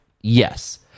yes